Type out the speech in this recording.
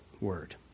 word